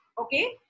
Okay